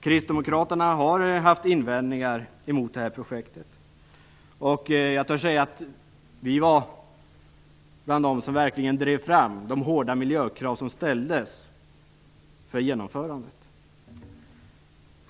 Kristdemokraterna har haft invändningar emot det här projektet, och jag törs säga att vi var bland dem som verkligen drev fram de hårda miljökrav som ställdes för genomförandet.